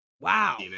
wow